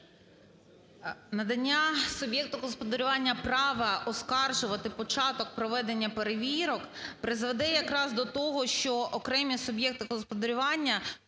Надання суб'єкту господарювання права оскаржувати початок проведення перевірок призведе якраз до того, що окремі суб'єкти господарювання